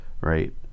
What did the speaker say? Right